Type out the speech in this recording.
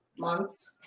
months.